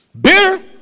Bitter